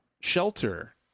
shelter